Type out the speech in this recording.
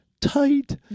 tight